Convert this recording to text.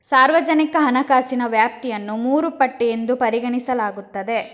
ಸಾರ್ವಜನಿಕ ಹಣಕಾಸಿನ ವ್ಯಾಪ್ತಿಯನ್ನು ಮೂರು ಪಟ್ಟು ಎಂದು ಪರಿಗಣಿಸಲಾಗುತ್ತದೆ